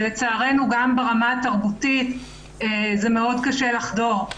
ולצערנו גם ברמה התרבותית זה מאוד קשה לחדור.